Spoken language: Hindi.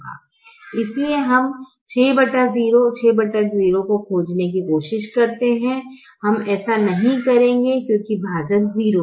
इसलिए हम 60 60 को खोजने की कोशिश करते हैं हम ऐसा नहीं करेंगे क्योंकि भाजक 0 है